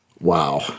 Wow